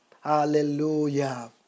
Hallelujah